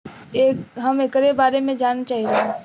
हम एकरे बारे मे जाने चाहीला?